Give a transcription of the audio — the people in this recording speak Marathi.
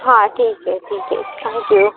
हां ठीक आहे ठीक आहे थँक्यू